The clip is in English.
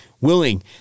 willing